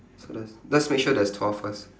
so that let's make sure there's twelve first